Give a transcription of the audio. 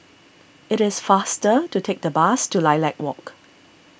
it is faster to take the bus to Lilac Walk